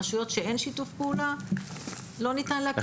ברשויות שאין שיתוף פעולה לא ניתן להקים אתר סלולרי.